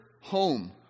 home